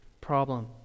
problem